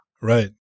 Right